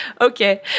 okay